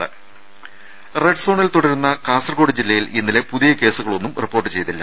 രുഭ റെഡ് സോണിൽ തുടരുന്ന കാസർഗോഡ് ജില്ലയിൽ ഇന്നലെ പുതിയ കേസുകളൊന്നും റിപ്പോർട്ട് ചെയ്തില്ല